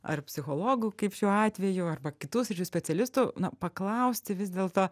ar psichologų kaip šiuo atveju arba kitų sričių specialistų na paklausti vis dėlto